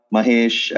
Mahesh